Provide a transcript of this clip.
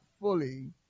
fully